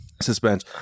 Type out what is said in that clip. Suspense